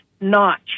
notch